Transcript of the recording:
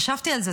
חשבתי על זה.